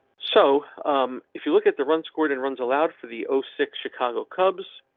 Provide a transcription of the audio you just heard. so if you look at the run scored in runs allowed for the six chicago cubs,